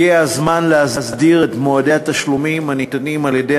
הגיע הזמן להסדיר את מועדי התשלומים הניתנים על-ידי